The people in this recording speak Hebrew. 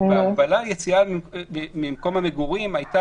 ובהגבלה על יציאה ממקום המגורים הייתה